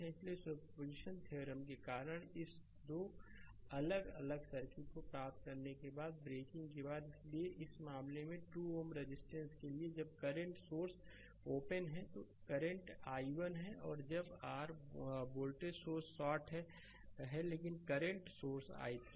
इसलिए superposition theorem के कारण इस 2 अलग सर्किट को प्राप्त करने के बाद ब्रेकिंग के बाद इसलिए इस मामले में 2 Ω रजिस्टेंस के लिए जब करंट सोर्स ओपन है तो यह करंट i1 है और जब आर वोल्टेज सोर्स शार्ट है लेकिन करंट सोर्स i3 है